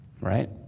right